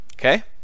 Okay